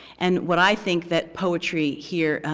and what i think that poetry here,